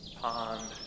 pond